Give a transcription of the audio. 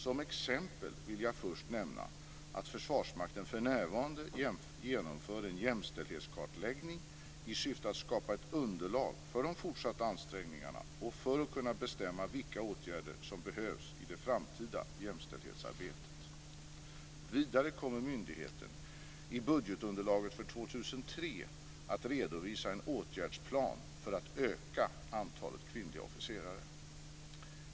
Som exempel vill jag först nämna att Försvarsmakten för närvarande genomför en jämställdhetskartläggning i syfte att skapa ett underlag för de fortsatta ansträngningarna och för att kunna bestämma vilka åtgärder som behövs i det framtida jämställdhetsarbetet. Vidare kommer myndigheten i budgetunderlaget för 2003 att redovisa en åtgärdsplan för att öka antalet kvinnliga officerare.